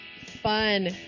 Fun